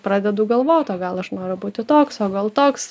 pradedu galvoti o gal aš noriu būti toks o gal toks